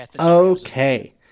Okay